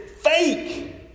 fake